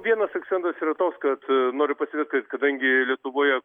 vienas akcentas yra toks kad noriu pastebėt kadangi lietuvoje